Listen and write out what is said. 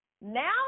Now